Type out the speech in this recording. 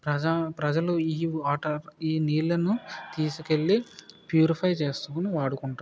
ప్రజలు ప్రజలు ఈ నీళ్లను తీసుకెళ్లి ప్యూరిఫై చేసుకొని వాడుకుంటున్నారు